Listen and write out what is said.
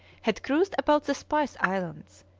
had cruised about the spice islands,